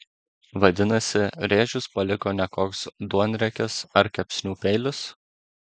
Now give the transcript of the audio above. vadinasi rėžius paliko ne koks duonriekis ar kepsnių peilis